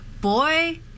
boy